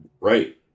Right